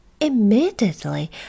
Immediately